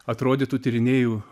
atrodytų tyrinėju